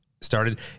started